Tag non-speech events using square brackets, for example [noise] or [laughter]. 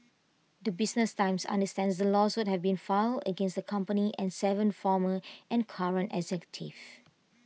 the business times understands the lawsuit have been filed against company and Seven former and current executives [noise]